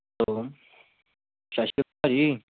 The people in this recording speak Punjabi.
ਹੈਲੋ ਸਤਿ ਸ਼੍ਰੀ ਅਕਾਲ ਜੀ